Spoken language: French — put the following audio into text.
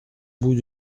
bout